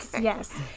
yes